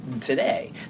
today